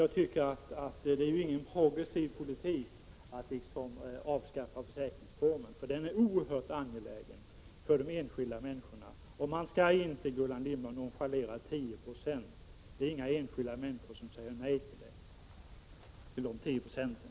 Jag tycker inte att man för en progressiv politik genom att avskaffa försäkringsformen, för den är oerhört angelägen för de enskilda människorna. Man skall inte nonchalera 10 96, Gullan Lindblad. Det finns inga enskilda människor som säger nej till dessa 10 9.